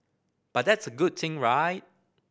but that's a good thing right